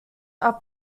are